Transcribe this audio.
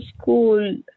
school